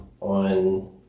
on